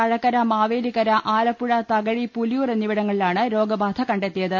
തഴക്കര മാവേലിക്കര ആലപ്പുഴ തകഴി പുലിയൂർ എന്നി വിടങ്ങളിലാണ് രോഗബാധ കണ്ടെത്തിയത്